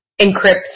encrypt